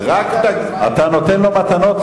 אתה נותן לו מתנות,